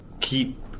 keep